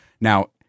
Now